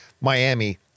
Miami